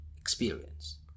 experience